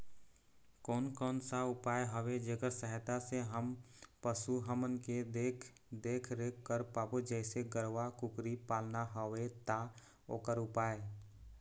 कोन कौन सा उपाय हवे जेकर सहायता से हम पशु हमन के देख देख रेख कर पाबो जैसे गरवा कुकरी पालना हवे ता ओकर उपाय?